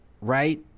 right